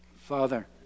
Father